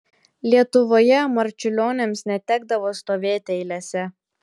lietuvoje marčiulioniams netekdavo stovėti eilėse